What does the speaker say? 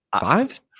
five